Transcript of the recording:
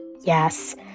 Yes